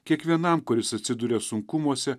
kiekvienam kuris atsiduria sunkumuose